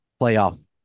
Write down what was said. playoff